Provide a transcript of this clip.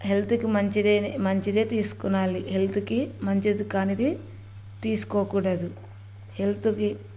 హెల్త్కి మంచిదే మంచిదే తీసుకోనాలి హెల్త్కి మంచిది కానిది తీసుకోకూడదు హెల్త్కి